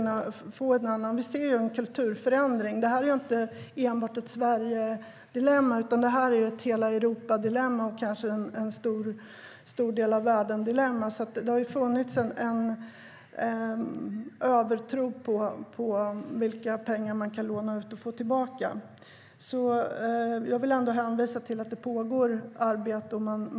Vi ser en kulturförändring. Detta är inte enbart ett Sverigedilemma, utan det är ett Europadilemma och kanske ett dilemma för en stor del av världen. Det har funnits en övertro på vilka pengar man kan låna ut och få tillbaka. Jag vill ändå hänvisa till att det pågår arbete.